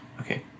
Okay